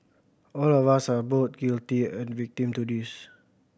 all of us are both guilty and victim to this